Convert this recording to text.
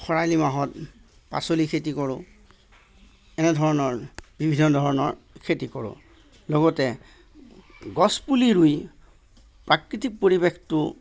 খৰালি মাহত পাচলি খেতি কৰোঁ এনেধৰণৰ বিভিন্ন ধৰণৰ খেতি কৰোঁ লগতে গছ পুলি ৰুই প্ৰাকৃতিক পৰিৱেশটো